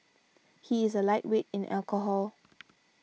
he is a lightweight in alcohol